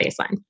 baseline